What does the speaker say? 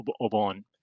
Obon